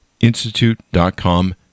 institute.com